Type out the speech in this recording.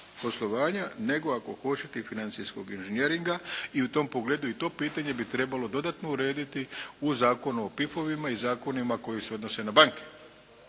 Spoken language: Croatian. poslovanja, nego ako hoćete i financijskog inžinjeringa. I u tom pogledu i to pitanje bi trebalo dodatno urediti o Zakonu o PIF-ovima i zakonima koji se odnose na banke.